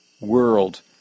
world